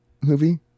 movie